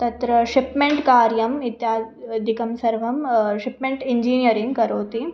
तत्र शिप्मेण्ट् कार्यम् इत्यादिकं सर्वं शिप्मेण्ट् इञ्जिनीयरिङ्ग् करोति